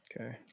Okay